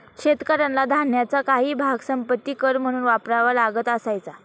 शेतकऱ्याला धान्याचा काही भाग संपत्ति कर म्हणून भरावा लागत असायचा